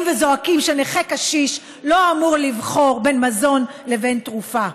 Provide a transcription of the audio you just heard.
וזועקים שנכה קשיש לא אמור לבחור בין מזון לבין תרופה?